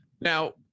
Now